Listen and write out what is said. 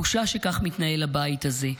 בושה שכך מתנהל הבית הזה.